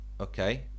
Okay